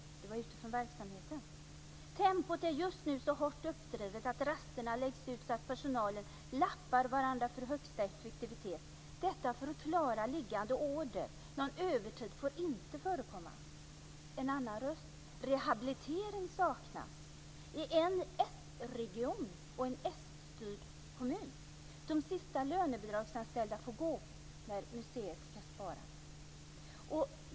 Det var röster ute från verksamheten: Tempot är just nu så hårt uppdrivet att rasterna läggs ut så att de i personalen överlappar varandra för högsta effektivitet, detta för att klara liggande order. Någon övertid får inte förekomma. Här är en annan röst: Rehabilitering saknas i en sregion och en s-styrd kommun. De sista lönebidragsanställda får gå när museet ska spara.